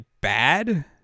bad